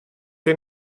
jen